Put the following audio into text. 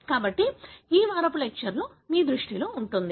కాబట్టి ఈ వారాల లెక్చర్లు మీ దృష్టిలో ఉంటుంది